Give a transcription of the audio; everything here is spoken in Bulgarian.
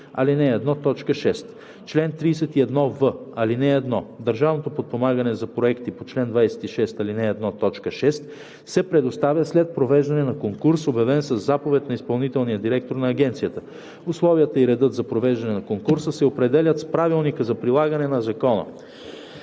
ал. 1, т. 6. Чл. 31в. (1) Държавното подпомагане за проекти по чл. 26, ал. 1, т. 6 се предоставя след провеждане на конкурс, обявен със заповед на изпълнителния директор на агенцията. Условията и редът за провеждане на конкурса се определят с правилника за прилагане на закона.